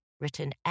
written